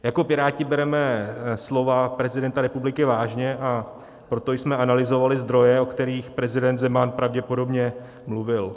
Jako Piráti bereme slova prezidenta republiky vážně a proto jsme analyzovali zdroje, o kterých prezident Zeman pravděpodobně mluvil.